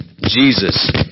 Jesus